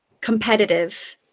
competitive